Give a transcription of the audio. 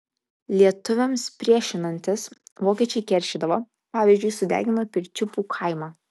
lietuviams priešinantis vokiečiai keršydavo pavyzdžiui sudegino pirčiupių kaimą